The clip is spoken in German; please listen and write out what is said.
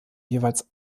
jeweils